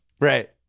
Right